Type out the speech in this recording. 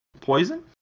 poison